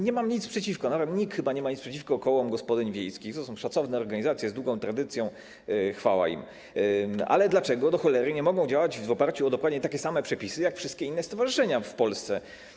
Nie mam nic przeciwko - chyba nikt nie ma nic przeciwko - kołom gospodyń wiejskich, to są szacowne organizacje, z długą tradycją, chwała im, ale dlaczego, do cholery, nie mogą działać w oparciu o dokładnie takie same przepisy, w oparciu o jakie działają wszystkie inne stowarzyszenia w Polsce?